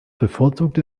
bevorzugt